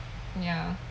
ya